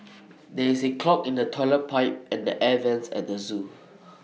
there is A clog in the Toilet Pipe and the air Vents at the Zoo